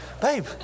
babe